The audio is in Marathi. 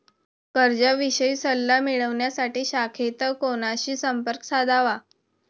कर्जाविषयी सल्ला मिळवण्यासाठी शाखेत कोणाशी संपर्क साधावा?